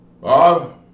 Bob